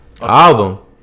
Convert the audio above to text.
Album